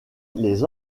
les